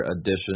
edition